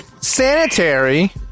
sanitary